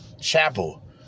Chapel